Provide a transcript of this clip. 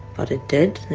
but it did,